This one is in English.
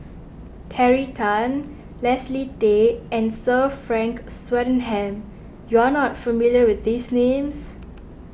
Terry Tan Leslie Tay and Sir Frank Swettenham you are not familiar with these names